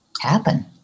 happen